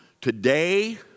Today